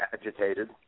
agitated